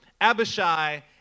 Abishai